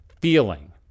feeling